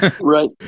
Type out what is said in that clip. Right